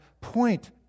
point